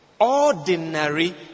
ordinary